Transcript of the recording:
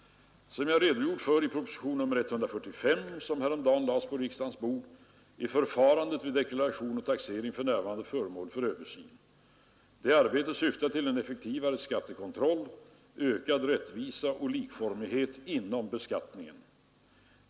Som jag redogjort för i proposition nr 145, som häromdagen lades på riksdagens bord, är förfarandet vid deklaration och taxering för närvarande föremål för översyn. Detta arbete syftar till en effektivare skattekontroll samt ökad rättvisa och likformighet inom beskattningen.